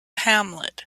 hamlet